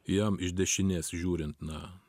jam iš dešinės žiūrint na